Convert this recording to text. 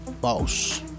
Boss